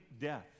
death